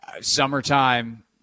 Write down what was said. summertime